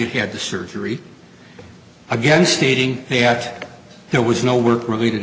had had the surgery again stating they out there was no work related